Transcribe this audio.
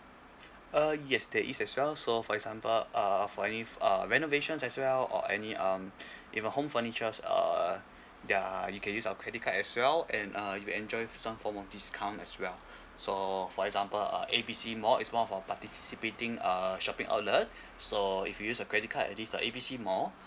uh yes there is as well so for example uh for any uh renovations as well or any um even home furnitures uh there you can use our credit card as well and uh you enjoyed some form of discount as well so for example uh A B C mall is more for participating uh shopping outlet so if you use a credit card at this like A B C mall